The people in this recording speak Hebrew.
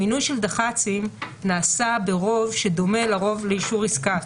המינוי של דח"צים נעשה ברוב שדומה לרוב לאישור עסקה,